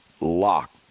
lock